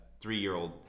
three-year-old